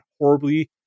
horribly